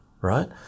right